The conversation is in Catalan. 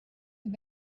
ens